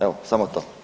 Evo, samo to.